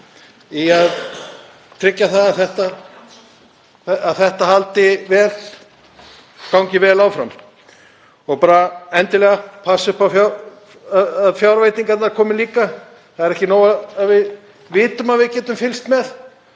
að tryggja að þetta gangi vel áfram. Bara endilega passa upp á að fjárveitingarnar komi líka. Það er ekki nóg að við vitum að við getum fylgst með,